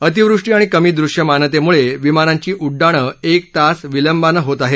अतिवृष्टी आणि कमी दृश्यमानतेमुळे विमानांची उड्डाणं एक तास विलंबानं होत आहेत